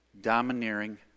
domineering